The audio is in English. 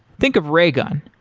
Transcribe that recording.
think of raygun.